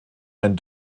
ein